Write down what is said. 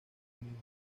unidos